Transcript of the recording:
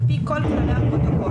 על פי כל כללי הפרוטוקול,